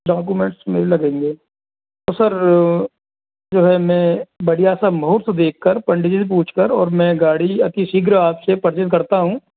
documents नहीं लगेंगे तो सर जो है मैं बढ़िया सा महूर्त देख कर पंडित जी से पूछकर और गाड़ी मैं गाड़ी अति शीघ्र आपसे पर्चेस करता हूं